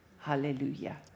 Hallelujah